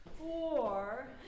four